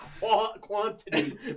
quantity